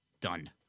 Done